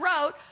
wrote